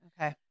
Okay